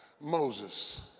Moses